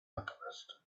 alchemist